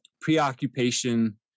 preoccupation